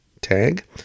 tag